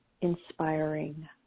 inspiring